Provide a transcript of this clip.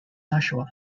nashua